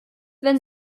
wenn